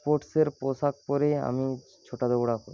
স্পোর্টসের পোশাক পরে আমি ছোটা দৌড়াব